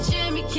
Jimmy